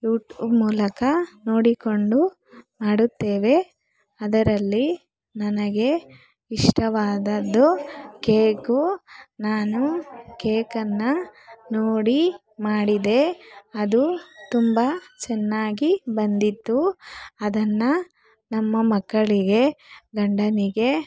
YouTube ಮೂಲಕ ನೋಡಿಕೊಂಡು ಮಾಡುತ್ತೇವೆ ಅದರಲ್ಲಿ ನನಗೆ ಇಷ್ಟವಾದದ್ದು ಕೇಕು ನಾನು ಕೇಕನ್ನು ನೋಡಿ ಮಾಡಿದೆ ಅದು ತುಂಬ ಚೆನ್ನಾಗಿ ಬಂದಿತ್ತು ಅದನ್ನು ನಮ್ಮ ಮಕ್ಕಳಿಗೆ ಗಂಡನಿಗೆ